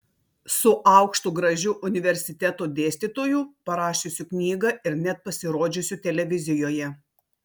su aukštu gražiu universiteto dėstytoju parašiusiu knygą ir net pasirodžiusiu televizijoje